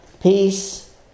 Peace